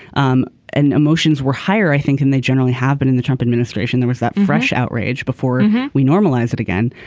um and emotions were higher i think and they generally have been in the trump administration there was that fresh outrage. before we normalize it again.